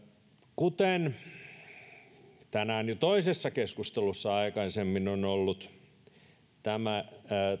tänään jo aikaisemmin toisessa keskustelussa on ollut tämä